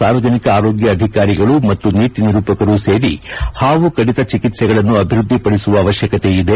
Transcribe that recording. ಸಾರ್ವಜನಿಕ ಆರೋಗ್ಯ ಅಧಿಕಾರಿಗಳು ಮತ್ತು ನೀತಿ ನಿರೂಪಕರು ಸೇರಿ ಹಾವು ಕಡಿತ ಚಿಕಿತ್ಸೆಗಳನ್ನು ಅಭಿದೃದ್ದಿಪಡಿಸುವ ಅವಶ್ಯಕತೆಯಿದೆ